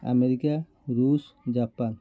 America Russia Japan